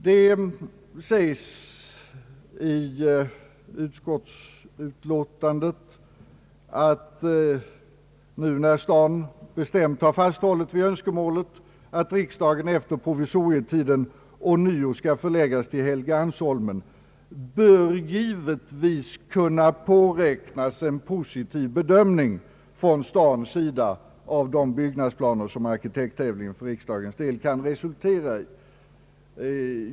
Det sägs i utskottsutlåtandet att när nu staden bestämt har fasthållit vid önskemålet att riksdagen efter provisorietiden ånyo skall förläggas till Helgeandsholmen »bör givetvis kunna påräknas en positiv bedömning» från stadens sida av de byggnadsplaner som arkitekttävlingen för riksdagens del kan resultera i.